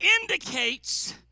indicates